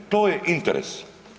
To je interes.